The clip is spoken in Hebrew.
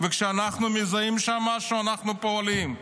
וכשאנחנו מזהים שם משהו אנחנו פועלים.